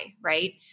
right